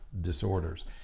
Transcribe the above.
disorders